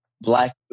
black